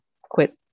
quit